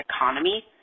economy